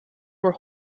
were